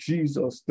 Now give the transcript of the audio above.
Jesus